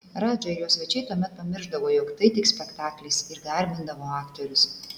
radža ir jo svečiai tuomet pamiršdavo jog tai tik spektaklis ir garbindavo aktorius